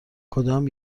کدام